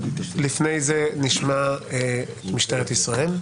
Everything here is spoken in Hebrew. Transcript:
לפני זה נשמע את משטרת ישראל,